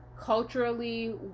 culturally